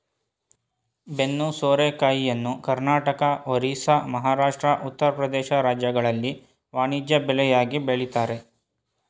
ಬೆನ್ನು ಸೋರೆಕಾಯಿಯನ್ನು ಕರ್ನಾಟಕ, ಒರಿಸ್ಸಾ, ಮಹಾರಾಷ್ಟ್ರ, ಉತ್ತರ ಪ್ರದೇಶ ರಾಜ್ಯಗಳಲ್ಲಿ ವಾಣಿಜ್ಯ ಬೆಳೆಯಾಗಿ ಬೆಳಿತರೆ